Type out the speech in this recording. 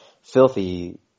filthy